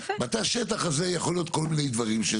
בתא השטח הזה יכולים להיות כל מיני דברים.